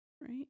Right